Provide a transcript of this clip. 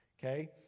Okay